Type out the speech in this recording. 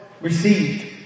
received